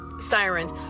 Sirens